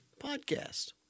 podcast